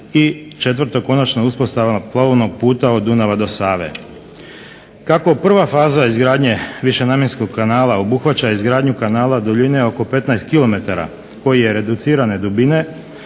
i četvrto konačna uspostava plovnog puta od Dunava do Save. Kako prva faze izgradnje višenamjenskog kanala obuhvaća izgradnju kanala duljine oko 15 kilometara, koji je reducirane dubine,